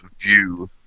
view